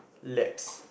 laps